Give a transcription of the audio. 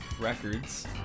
Records